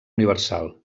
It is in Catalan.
universal